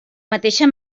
mateixa